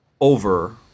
over